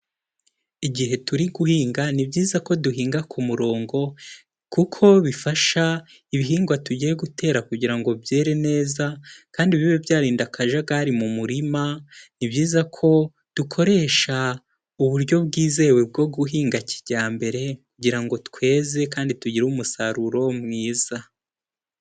Igihe turi guhinga, ni byiza ko duhinga ku murongo kuko bifasha ibihingwa tugiye gutera kugira ngo byere neza, kandi bibe byarinda akajagari mu murima. Ni byiza cyane ko dukoresha uburyo bwizewe bwo guhinga kijyambere kugira ngo tweze kandi tugire umusaruro mwiza.